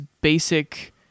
basic